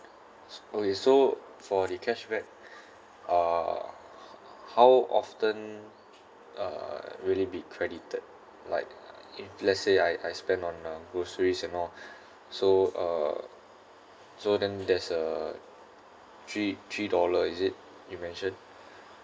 s~ okay so for the cashback uh ho~ how often uh really be credited like ah if let's say I I spend on uh groceries and all so uh so then there's a three three dollar is it you mention